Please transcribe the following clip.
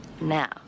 Now